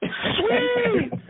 Sweet